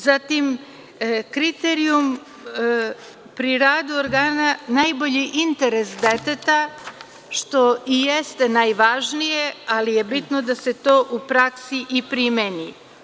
Zatim, kriterijum pri radu organa – najbolji interes deteta, što i jeste najvažnije, ali je bitno da se to u praksi i primeni.